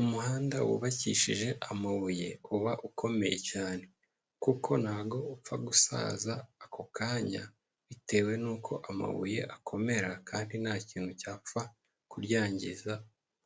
Umuhanda wubakishije amabuye uba ukomeye cyane kuko ntago upfa gusaza ako kanya, bitewe n'uko amabuye akomera kandi ntakintu cyapfa kuryangiza